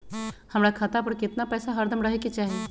हमरा खाता पर केतना पैसा हरदम रहे के चाहि?